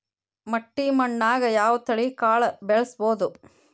ಮಟ್ಟಿ ಮಣ್ಣಾಗ್, ಯಾವ ತಳಿ ಕಾಳ ಬೆಳ್ಸಬೋದು?